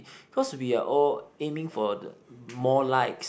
cause we are all aiming for more likes